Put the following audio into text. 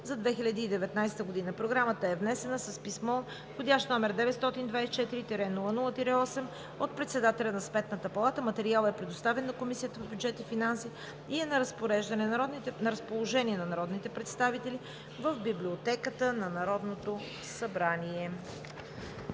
за 2019 г., внесена е с писмо, вх. № 924-00-8, от председателя на Сметната палата. Материалът е предоставен на Комисията по бюджет и финанси. На разположение е на народните представители в Библиотеката на Народното събрание.